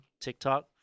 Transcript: TikTok